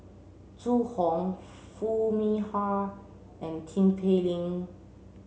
Zhu Hong Foo Mee Har and Tin Pei Ling